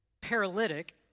paralytic